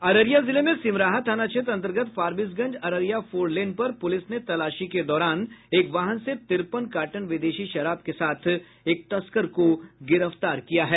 अररिया जिले में सिमराहा थाना क्षेत्र अंतर्गत फारबिसगंज अररिया फोर लेन पर पुलिस ने तलाशी के दौरान एक वाहन से तिरपन कार्टन विदेशी शराब के साथ एक तस्कर को गिरफ्तार किया है